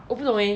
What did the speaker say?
我不懂 eh